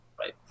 Right